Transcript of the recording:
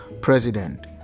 president